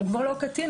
הוא כבר לא קטין.